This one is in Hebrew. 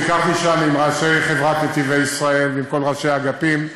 ביקרתי שם עם ראשי חברת "נתיבי ישראל" ועם כל ראשי האגפים,